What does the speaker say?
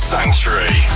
Sanctuary